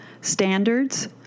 standards